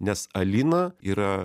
nes alina yra